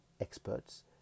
experts